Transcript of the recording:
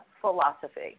Philosophy